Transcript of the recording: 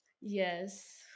Yes